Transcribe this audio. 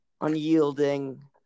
Unyielding